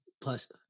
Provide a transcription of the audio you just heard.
plus